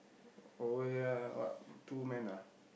oh ya what two man ah